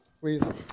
Please